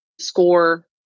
score